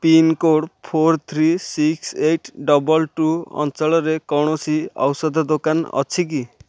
pin code four three six eight double two ଅଞ୍ଚଳରେ କୌଣସି ଔଷଧ ଦୋକାନ ଅଛି କି